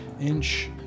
Inch